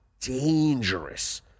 dangerous